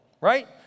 right